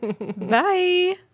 Bye